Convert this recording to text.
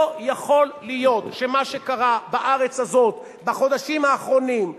לא יכול להיות שמה שקרה בארץ הזאת בחודשים האחרונים,